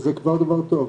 שזה כבר דבר טוב,